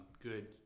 good